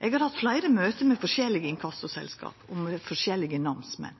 Eg har hatt fleire møte med forskjellige inkassoselskap og med forskjellige namsmenn,